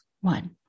one